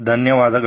ಧನ್ಯವಾದಗಳು